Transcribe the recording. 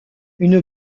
une